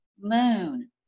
moon